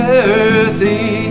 Jersey